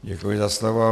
Děkuji za slovo.